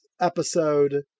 episode